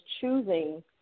choosing